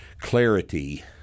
clarity